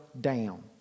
down